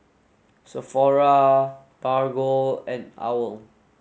Sephora Bargo and OWL